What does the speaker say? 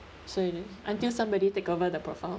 so you know until somebody take over the profile